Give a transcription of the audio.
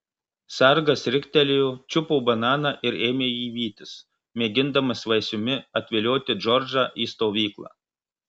sargas riktelėjo čiupo bananą ir ėmė jį vytis mėgindamas vaisiumi atvilioti džordžą į stovyklą